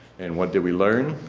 and what did we learn?